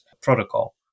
protocol